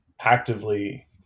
actively